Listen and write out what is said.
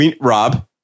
Rob